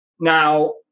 Now